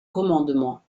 commandement